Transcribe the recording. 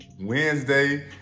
Wednesday